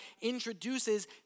introduces